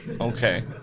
Okay